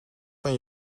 van